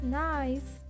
nice